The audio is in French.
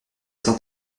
cent